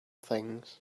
things